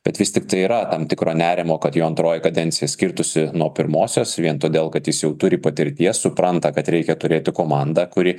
bet vis tiktai yra tam tikro nerimo kad jo antroji kadencija skirtųsi nuo pirmosios vien todėl kad jis jau turi patirties supranta kad reikia turėti komandą kuri